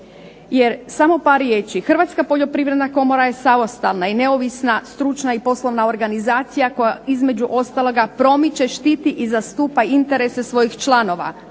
Jer samo par riječi Hrvatska poljoprivredna komora je samostalna i neovisna, stručna i poslovna organizacija koja između ostaloga promiče, štiti i zastupa interese svojih članova,